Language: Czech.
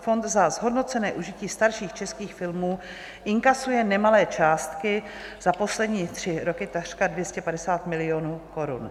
Fond za zhodnocené užití starších českých filmů inkasuje nemalé částky, za poslední tři roky takřka 250 milionů korun.